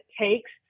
takes